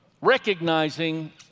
recognizing